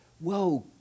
whoa